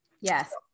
Yes